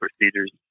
procedures